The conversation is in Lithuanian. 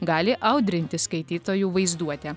gali audrinti skaitytojų vaizduotę